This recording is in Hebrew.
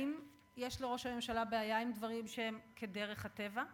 האם יש לראש הממשלה בעיה עם דברים שהם כדרך הטבע?